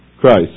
Christ